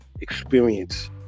experience